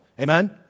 Amen